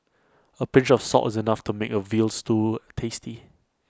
A pinch of salt is enough to make A Veal Stew tasty